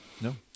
no